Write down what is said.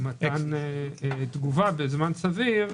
למתן תגובה בזמן סביר.